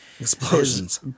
explosions